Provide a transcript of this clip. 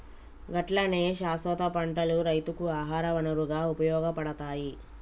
గట్లనే శాస్వత పంటలు రైతుకు ఆహార వనరుగా ఉపయోగపడతాయి